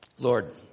Lord